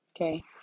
okay